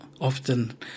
Often